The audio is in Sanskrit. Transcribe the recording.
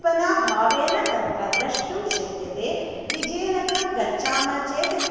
कल्पनाभावेन तत्र द्रष्टुं शक्यते विजयनगरं गच्छामः चेत्